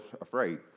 afraid